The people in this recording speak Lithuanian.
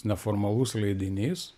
neformalus leidinys